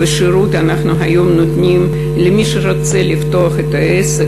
ואנחנו היום נותנים שירות למי שרוצה לפתוח עסק